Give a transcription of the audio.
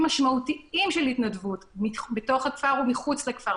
משמעותיים של התנדבות בתוך הכפר ומחוץ לכפר,